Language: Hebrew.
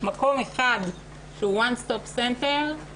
מקום אחד שהוא One stop center,